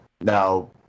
Now